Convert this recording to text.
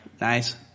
Nice